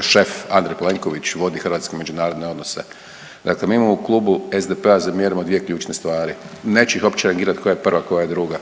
šef Andrej Plenković vodi hrvatske međunarodne odnose. Dakle, mi mu u Klubu SDP-a zamjeramo dvije ključne stvari. Neću ih uopće rangirati koja je prva koja je druga.